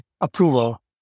approval